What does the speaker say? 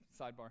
sidebar